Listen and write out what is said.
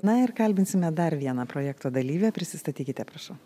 na ir kalbinsime dar vieną projekto dalyvę prisistatykite prašau